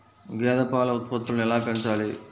గేదె పాల ఉత్పత్తులు ఎలా పెంచాలి?